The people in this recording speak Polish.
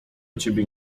ciebie